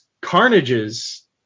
Carnage's